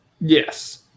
yes